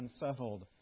unsettled